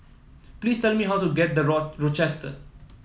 please tell me how to get The Road Rochester